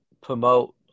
promote